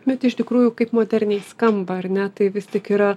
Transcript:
bet iš tikrųjų kaip moderniai skamba ar ne tai vis tik yra